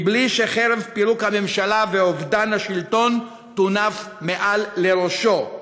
בלי שחרב פירוק הממשלה ואובדן השלטון תונף מעל לראשו.